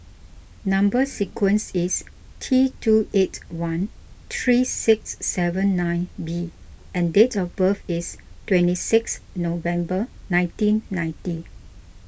Number Sequence is T two eight one three six seven nine B and date of birth is twenty six November nineteen ninety